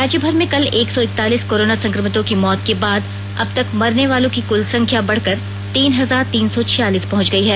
राज्यभर में कल एक सौ इकतालीस कोरोना संक्रमितों की मौत के बाद अबतक मरने वालों की कुल संख्या बढ़कर तीन हजार तीन सौ छियालीस पहुंच गयी है